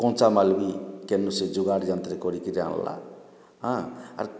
କଞ୍ଚାମାଲ୍ ବି କେନୁ ସେ ଯୋଗାଡ଼ ଯନ୍ତ୍ର କରିକିରି ଆନ୍ଲା ହଁ ଆର୍